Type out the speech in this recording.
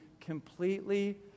completely